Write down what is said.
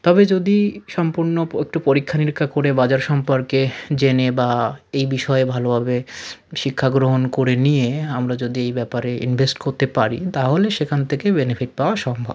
তবে যদি সম্পূর্ণ একটু পরীক্ষানিরীক্ষা করে বাজার সম্পর্কে জেনে বা এই বিষয়ে ভালোভাবে শিক্ষাগ্রহণ করে নিয়ে আমরা যদি এই ব্যাপারে ইনভেস্ট করতে পারি তাহলে সেখান থেকে বেনিফিট পাওয়া সম্ভব